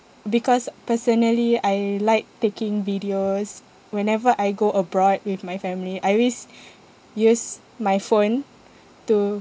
because personally I like taking videos whenever I go abroad with my family I always use my phone to